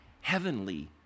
heavenly